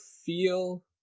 feel